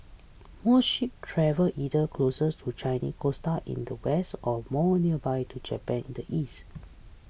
most ships travel either closer to the Chinese coast in the west or more nearby to Japan in the east